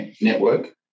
network